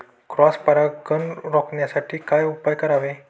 Cross परागकण रोखण्यासाठी काय उपाय करावे?